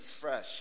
fresh